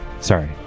Sorry